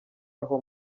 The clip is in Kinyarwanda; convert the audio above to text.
aho